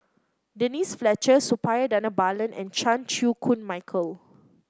Denise Fletcher Suppiah Dhanabalan and Chan Chew Koon Michael